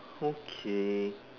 okay